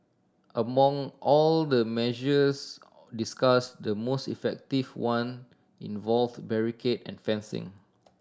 among all the measures discussed the most effective one involved barricade and fencing